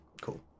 Cool